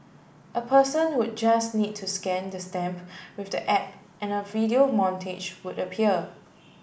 a person would just need to scan the stamp with the app and a video montage would appear